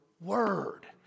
word